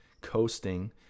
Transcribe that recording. coasting